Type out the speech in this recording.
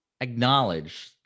acknowledge